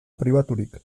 pribaturik